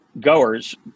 goers